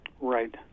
Right